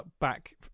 back